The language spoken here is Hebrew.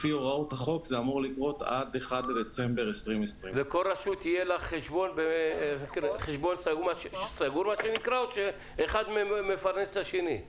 לפי הוראות החוק זה אמור לקרות עד ה-1 בדצמבר 2020. ולכל רשות יהיה חשבון סגור או שאחד מפרנס את השני?